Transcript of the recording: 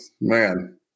Man